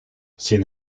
sin